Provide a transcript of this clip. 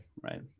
right